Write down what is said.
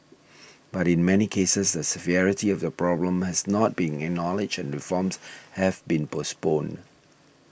but in many cases the severity of the problem has not been acknowledged and reforms have been postponed